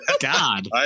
God